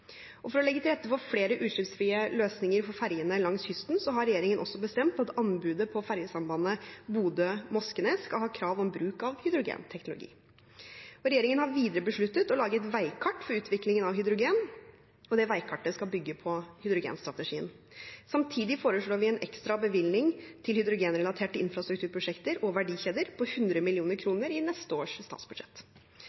For å legge til rette for flere utslippsfrie løsninger for fergene langs kysten har regjeringen bestemt at anbudet på fergesambandet Bodø–Moskenes skal ha krav om bruk av hydrogenteknologi. Regjeringen har videre besluttet å lage et veikart for utviklingen av hydrogen. Det veikartet skal bygge på hydrogenstrategien. Samtidig foreslår vi en ekstra bevilgning til hydrogenrelaterte infrastrukturprosjekter og verdikjeder på 100